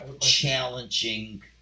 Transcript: challenging